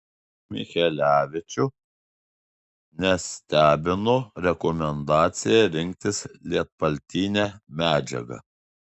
michelevičių nestebino rekomendacija rinktis lietpaltinę medžiagą